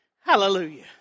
Hallelujah